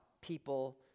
people